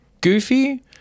goofy